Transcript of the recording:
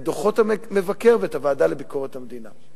את דוחות המבקר ואת הוועדה לביקורת המדינה.